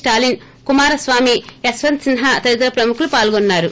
స్లాలిన్ Kumaraswamy Yashwant Sinha తదితర ప్రముఖులు పాల్గొన్నారు